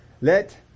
Let